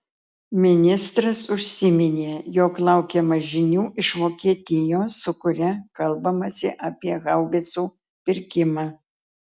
ministras užsiminė jog laukiama žinių iš vokietijos su kuria kalbamasi apie haubicų pirkimą